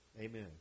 Amen